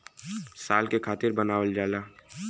साल के खातिर बनावल जाला